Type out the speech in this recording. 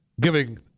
giving